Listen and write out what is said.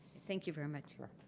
thank you very much.